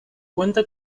cuenta